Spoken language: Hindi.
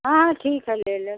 हाँ ठीक है ले लेना